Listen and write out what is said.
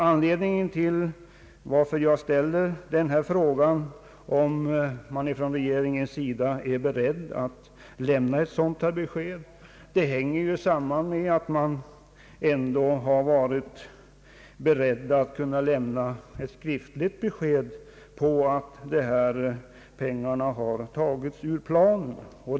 Anledningen till att jag ställde frågan om regeringen är beredd att lämna ett besked hänger samman med att regeringen har varit beredd att lämna skriftligt besked på att de här pengarna tagits ur planen.